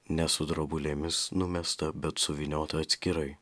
ne su drobulėmis numestą bet suvyniotą atskirai